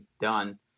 done